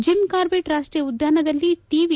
gym Corbett ರಾಷ್ಟೀಯ ಉದ್ಯಾನದಲ್ಲಿ T